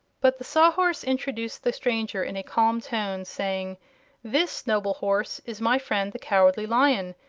but the sawhorse introduced the stranger in a calm tone, saying this, noble horse, is my friend the cowardly lion,